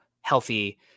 healthy